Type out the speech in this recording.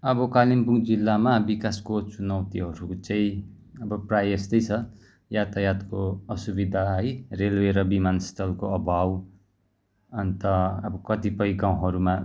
अब कालिम्पोङ जिल्लामा विकासको चुनौतीहरू चाहिँ अब प्रायः यस्तै छ यातायातको असुबिधा है रेलवे र बिमानस्थलको अभाव अन्त अब कतिपय गाउँहरूमा